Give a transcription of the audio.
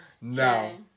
No